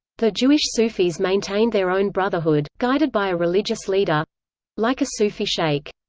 the jewish sufis maintained their own brotherhood, guided by a religious leader like a sufi sheikh.